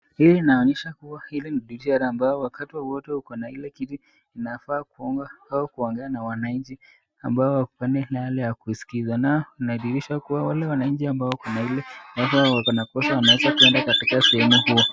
Hii inaonyesha kuwa hili ni dirisha ambalo wakati wowote ukona ile kitu inafaa kuomba au kuongea na wananchi ambao wako kwa ile hali ya kuskiza. Na inadhihirisha kuwa wale wananchi ambao wako na ile kosa wanaeza kuenda kwa ile sehemu huo.